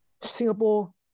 Singapore